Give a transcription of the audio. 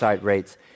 rates